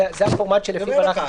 זה הפורמט שלפיו הלכנו.